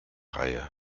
reihe